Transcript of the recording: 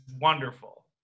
wonderful